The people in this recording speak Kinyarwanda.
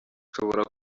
nshobora